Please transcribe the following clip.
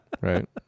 Right